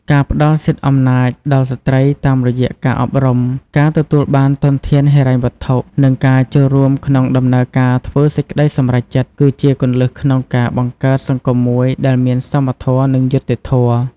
ការផ្តល់សិទ្ធិអំណាចដល់ស្ត្រីតាមរយៈការអប់រំ ការទទួលបានធនធានហិរញ្ញវត្ថុ និងការចូលរួមក្នុងដំណើរការធ្វើសេចក្តីសម្រេចចិត្ត គឺជាគន្លឹះក្នុងការបង្កើតសង្គមមួយដែលមានសមធម៌ និងយុត្តិធម៌។